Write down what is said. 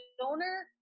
donor